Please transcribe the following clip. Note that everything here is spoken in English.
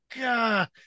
God